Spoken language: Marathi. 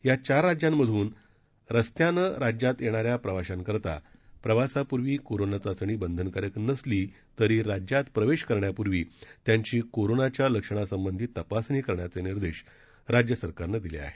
या चार राज्यांमधून रस्ते मार्गानं राज्यात येणाऱ्या प्रवाशांकरता प्रवासापूर्वी कोरोना चाचणी बंधनकारक नसली तरी राज्यात प्रवेश करण्यापूर्वी त्यांची कोरोनाच्या लक्षणासंबंधी तपासणी करायचे निर्देश राज्य सरकारनं दिले आहेत